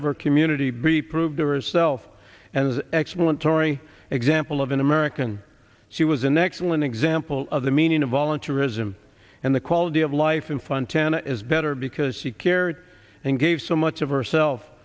of our community be proved yourself and the excellent tory example of an american she was an excellent example of the meaning of volunteerism and the quality of life and fun ten is better because she cared and gave so much of herself